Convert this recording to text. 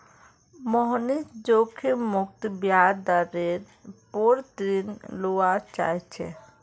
मोहनीश जोखिम मुक्त ब्याज दरेर पोर ऋण लुआ चाह्चे